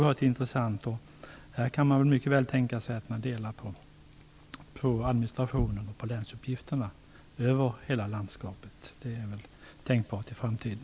Här kan man mycket väl tänka sig att man delar administrationen och länsuppgifterna över hela landskapet. Det är tänkbart i framtiden.